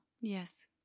Yes